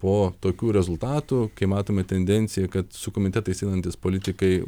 po tokių rezultatų kai matome tendenciją kad su komitetais einantys politikai